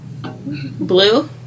Blue